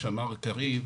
קריב,